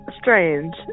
strange